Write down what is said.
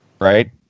right